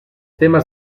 temes